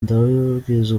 ndababwiza